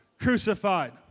crucified